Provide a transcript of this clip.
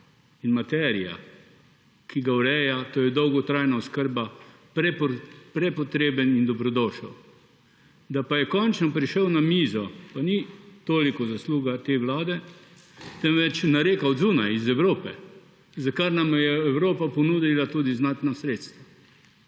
materija, ki ga ureja, to je dolgotrajna oskrba, prepotreben in dobrodošel. Da pa je končno prišel na mizo, pa ni toliko zasluga te vlade, temveč od zunaj iz Evrope, za kar nam je Evropa ponudila tudi znatna sredstva